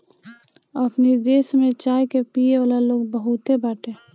अपनी देश में चाय के पियेवाला लोग बहुते बाटे